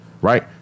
Right